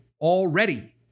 already